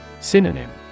Synonym